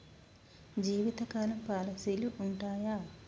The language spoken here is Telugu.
జీవితకాలం పాలసీలు ఉంటయా?